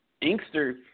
Inkster